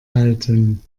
halten